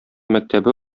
мәктәбе